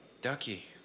Ducky